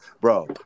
bro